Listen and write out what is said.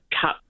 cut